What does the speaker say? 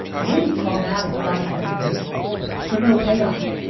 maybe traumatic cross-examination for no payoff.